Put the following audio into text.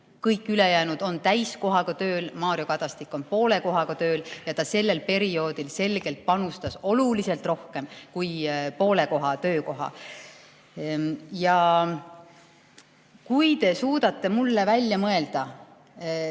meeskonnaliikmed on täiskohaga tööl, Mario Kadastik on poole kohaga tööl ja ta sellel perioodil selgelt panustas oluliselt rohkem kui poole koha töö. Ja kui te suudate mulle välja mõelda